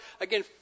again